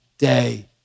day